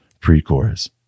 pre-chorus